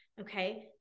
okay